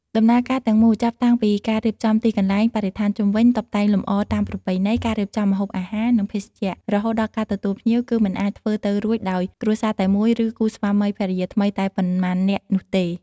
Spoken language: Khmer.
ដំណើរការទាំងមូល ចាប់តាំងពីការរៀបចំទីកន្លែង បរិស្ថានជុំវិញ តុបតែងលម្អតាមប្រពៃណី ការរៀបចំម្ហូបអាហារ និងភេសជ្ជៈ រហូតដល់ការទទួលភ្ញៀវ គឺមិនអាចធ្វើទៅរួចដោយគ្រួសារតែមួយ ឬគូស្វាមីភរិយាថ្មីតែប៉ុន្មាននាក់នោះទេ។